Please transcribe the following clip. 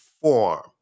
form